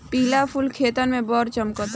पिला फूल खेतन में बड़ झम्कता